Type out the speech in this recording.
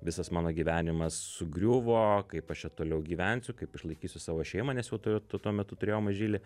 visas mano gyvenimas sugriuvo kaip aš čia toliau gyvensiu kaip išlaikysiu savo šeimą nes jau tuo tuo metu turėjau mažylį